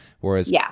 Whereas